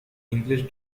english